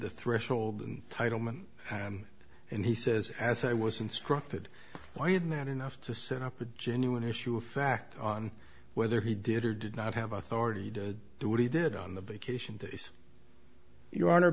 the threshold and title men and he says as i was instructed why isn't that enough to set up a genuine issue of fact on whether he did or did not have authority to do what he did on the vacation days you